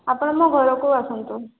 ଆପଣ ମୋ ଘରକୁ ଆସନ୍ତୁ